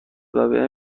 وبهم